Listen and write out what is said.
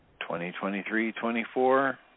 2023-24